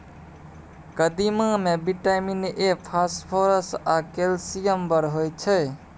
कदीमा मे vitamin A, phosphorus आ कैल्शियम बड़ होइ छै